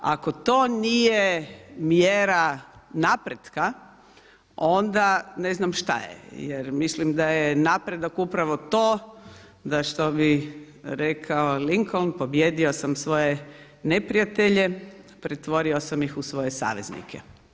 Ako to nije mjera napretka, onda ne znam šta je jer mislim da je napredak upravo to, da što bi rekao Lincoln „Pobijedio sam svoje neprijatelje, pretvorio sam ih u svoje saveznike“